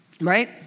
right